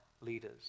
leaders